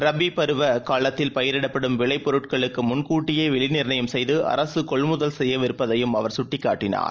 ரபிபருவகாலத்தில்பயிரிடப்படும்விளைபொருட்களுக்குமுன்கூட்டியேவிலைநிர்ணயம்செய்து அரசுகொள்முதல்செய்யவிருப்பதையும்அவர்சுட்டிக்காட்டினார்